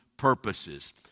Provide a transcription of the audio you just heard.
purposes